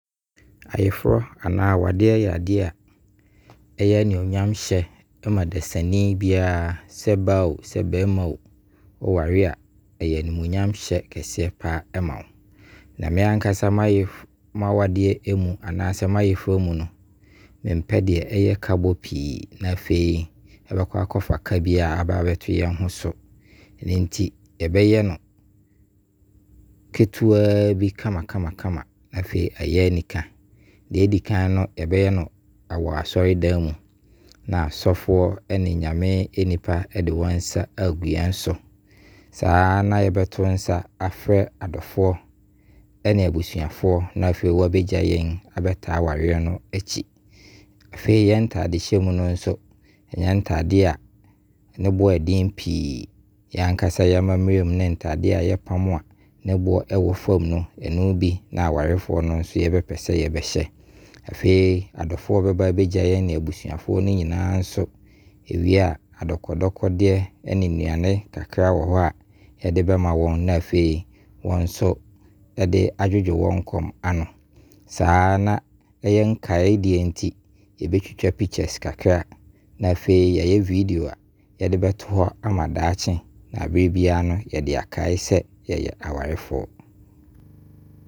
Ayeforo anaa awadeɛ yɛ adeɛ ɛyɛ animuoyam hyɛ ma dasani biara. Sɛ ɔbaa o, sɛ bɛɛma o, wo ware a ɛyɛ animuoyam hyɛ kese paa ma wo. Na me ankasa m'awadeɛ anaa sɛ m'ayeforo mu no, mempɛ deɛ ɛyɛ ka bɔ pii. Na afei yɛbɛkɔ akɔfa ka bi abɛto yɛn ho so. Ɔno nti yɛbɛyɛ no ketewaa bi kamakama na afei ayɛ anika. Deɛ ɛdi kan no, yɛbɛyɛ no wɔ asɔredan mu. Na asɔfoɔ ɛne Nyame nipa de wɔn nsa agu yɛn so. Saa na yɛbɛto nsa aferɛ adɔfoɔ ɛne abusuafoɔ na afei wabɛgya yɛn, abɛtaa awareɛ no akyi. Afei yɛn ntaade hyɛ mu no, ɛnyɛ ntaadeɛ ne boɔ ɛden pii. Yɛn ankasa y'amammerɛ mu ne ntaadeɛ yɛpam a ne boɔ ɛwɔ fam no bi na awarefoɔ no yɛbɛpɛ sɛ yɛbɛhyɛ. Afei, adɔfoɔ a bɛba bɛagya yɛn ne abusuafoɔ no nyinaa nso, yɛwie a, adɔkɔdɔkɔ deɛ ɛne nnuane kakra wɔ ho a yɛde bɛma bɛ. Na afei wɔn nso wɔde adwodwo wɔn kɔm ano. Saa na ɛyɛ nkaeɛ adeɛ nti, yɛbɛtwitwa 'picture' kakra. Na afei yɛayɛ 'video' a yɛde bɛto hɔ ama dakye, na berɛ biara no yɛde akaeɛ sɛ yɛyɛ awarefoɔ.